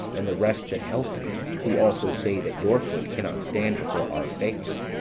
and the rest that help me, who also say that your foot cannot stand before our face,